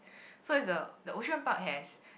so it's the the Ocean Park has